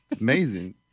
Amazing